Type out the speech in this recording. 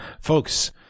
folks